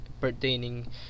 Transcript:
pertaining